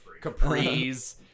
capris